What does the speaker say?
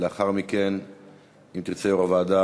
לאחר מכן,